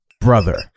brother